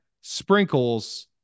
sprinkles